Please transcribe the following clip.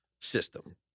system